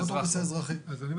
אני לא